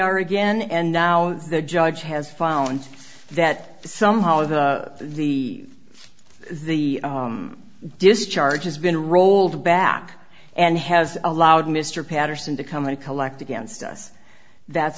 are again and now the judge has found that somehow that the the discharge has been rolled back and has allowed mr patterson to come and collect against us that's